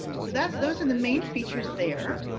so that's those are the main features there.